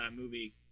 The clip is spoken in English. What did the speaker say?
movie